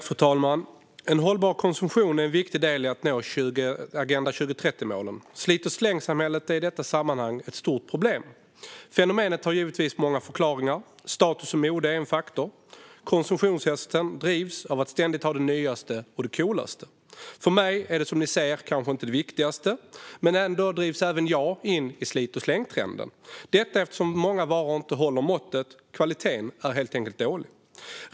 Fru talman! En hållbar konsumtion är en viktig del i att nå Agenda 2030-målen. Slit-och-släng-samhället är i detta sammanhang ett stort problem. Fenomenet har givetvis många förklaringar. Status och mode är en faktor. Konsumtionshetsen drivs av att ständigt ha det nyaste och det coolaste. För mig är detta som ni ser kanske inte det viktigaste. Ändå drivs även jag in i slit-och-släng-trenden, detta eftersom många varor inte håller måttet. Kvaliteten är helt enkelt dålig.